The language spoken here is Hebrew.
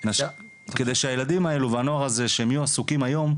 כדי שהילדים האלו והנוער הזה שהם יהיו עסוקים היום,